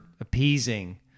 appeasing